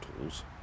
tools